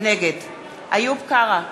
נגד איוב קרא,